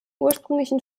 ursprünglichen